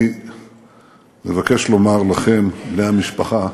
אני מבקש לומר לכם, בני המשפחה,